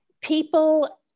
people